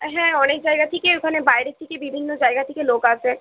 হ্যাঁ অনেক জায়গা থেকে ওখানে বাইরের থেকে বিভিন্ন জায়গা থেকে লোক আসে